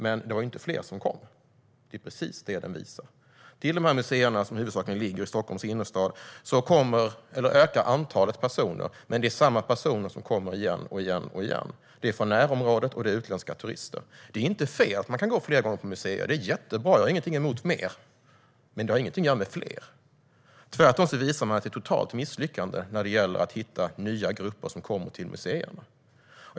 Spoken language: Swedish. Men det var inte fler som kom - det är precis det den visar. Till dessa museer, som huvudsakligen ligger i Stockholms innerstad, ökar antalet besök, men det är samma personer som kommer igen och igen. Det är människor från närområdet och utländska turister. Det är inte fel att man kan gå fler gånger på museum; det är jättebra. Jag har inget emot mer , men det har ingenting att göra med fler . Tvärtom visar sig reformen vara ett totalt misslyckande när det gäller att hitta nya grupper som kommer till museerna.